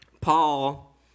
Paul